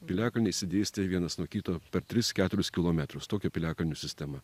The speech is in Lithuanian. piliakalniai išsidėstę vienas nuo kito per tris keturis kilometrus tokia piliakalnių sistema